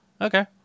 Okay